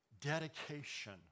dedication